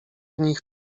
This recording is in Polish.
nich